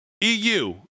EU